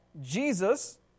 Jesus